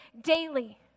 daily